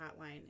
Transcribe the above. hotline